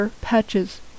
patches